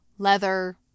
leather